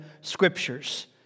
scriptures